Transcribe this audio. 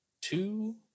two